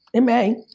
it may,